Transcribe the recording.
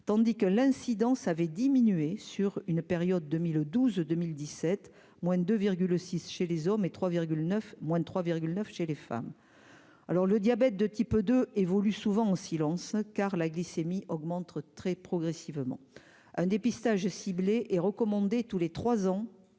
tandis que l'incidence avait diminué sur une période 2012, 2017 moins 2 virgule six chez les hommes et 3 9 moins de 3 9 chez les femmes, alors le diabète de type 2 évolue souvent en silence, car la glycémie augmente très progressivement un dépistage ciblé est recommandé tous les 3 ans